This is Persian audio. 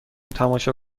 تماشا